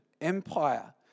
Empire